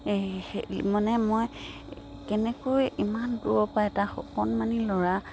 এই মানে মই কেনেকৈ ইমান দূৰৰপৰা এটা অকণমানি ল'ৰা